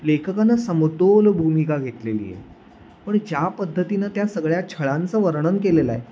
लेखकांनं समतोल भूमिका घेतलेली आहे पण ज्या पद्धतीनं त्या सगळ्या छळांचं वर्णन केलेलं आहे